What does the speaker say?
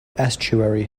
estuary